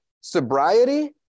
Sobriety